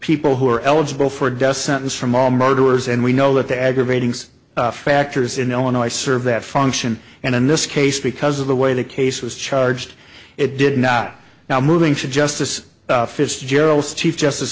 people who are eligible for a death sentence from all murderers and we know that the aggravating some factors in illinois serve that function and in this case because of the way the case was charged it did not now moving to justice fitzgerald's chief justice